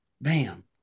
bam